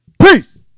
Peace